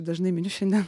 dažnai miniu šiandien